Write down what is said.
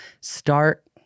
Start